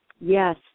Yes